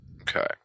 Okay